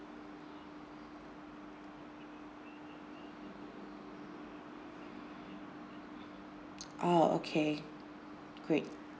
ah okay great